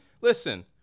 Listen